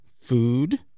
food